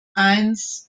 eins